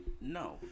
No